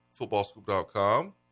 footballscoop.com